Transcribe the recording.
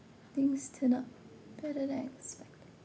things turned out better than I expected